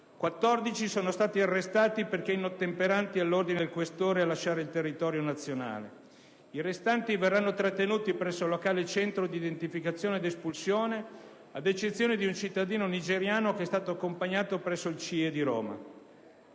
14 sono stati arrestati perché inottemperanti all'ordine del questore di lasciare il territorio nazionale; i restanti verranno trattenuti presso il locale centro di identificazione ed espulsione, ad eccezione di un cittadino nigeriano che è stato accompagnato presso il CIE di Roma.